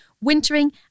Wintering